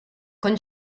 con